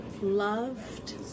loved